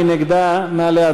מי נגדה?